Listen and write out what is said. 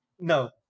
No